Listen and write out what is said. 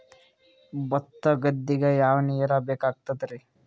ಭತ್ತ ಗದ್ದಿಗ ಯಾವ ನೀರ್ ಬೇಕಾಗತದರೀ?